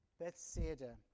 Bethsaida